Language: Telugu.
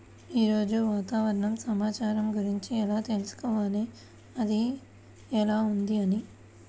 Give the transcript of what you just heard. ఈరోజు వాతావరణ సమాచారం గురించి ఎలా తెలుసుకోవాలి అది ఎలా ఉంది అని?